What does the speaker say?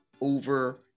over